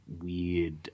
weird